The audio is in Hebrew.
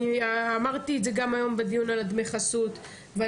אני אמרתי את זה גם היום בדיון על דמי החסות ואני